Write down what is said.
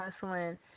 hustling